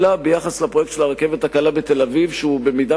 אלא ביחס לפרויקט של הרכבת הקלה בתל-אביב שהוא במידה